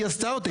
היא עשתה אותה,